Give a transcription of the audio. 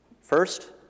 First